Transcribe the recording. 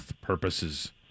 purposes